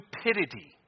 stupidity